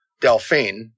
Delphine